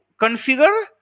configure